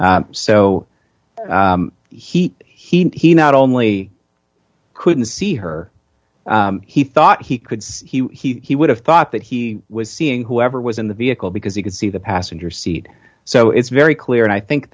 so he he not only couldn't see her he thought he could see he would have thought that he was seeing whoever was in the vehicle because he could see the passenger seat so it's very clear and i think